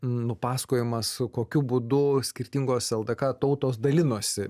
nupasakojimas kokiu būdu skirtingos ldk tautos dalinosi